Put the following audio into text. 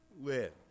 live